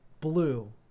blue